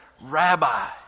rabbi